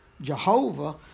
Jehovah